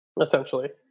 essentially